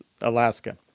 Alaska